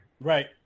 Right